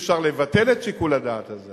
אי-אפשר לבטל את שיקול הדעת הזה